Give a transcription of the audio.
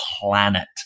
planet